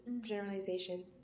generalization